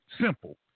Simple